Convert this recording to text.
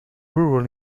rural